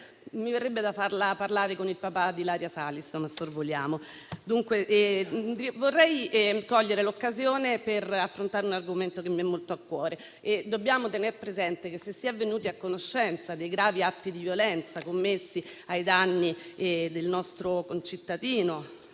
Mi verrebbe da farla parlare con il papà di Ilaria Salis, ma sorvoliamo. Vorrei cogliere l'occasione per affrontare un argomento che mi è molto a cuore. Dobbiamo tener presente che, se si è venuti a conoscenza dei gravi atti di violenza commessi ai danni del nostro concittadino,